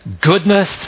goodness